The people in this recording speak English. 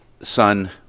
son